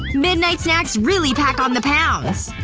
midnight snacks really pack on the pounds.